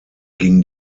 ging